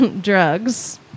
drugs